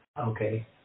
okay